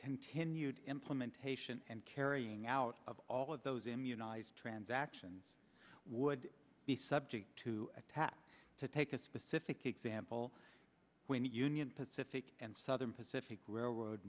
continued implementation and carrying out of all of those immunize transactions would be subject to attack to take a specific example when the union pacific and southern pacific